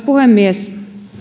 puhemies